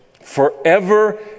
forever